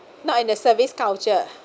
not in the service culture